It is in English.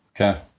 Okay